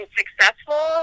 successful